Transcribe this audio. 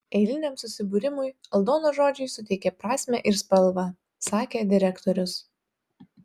eiliniam susibūrimui aldonos žodžiai suteikia prasmę ir spalvą sakė direktorius